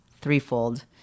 threefold